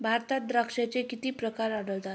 भारतात द्राक्षांचे किती प्रकार आढळतात?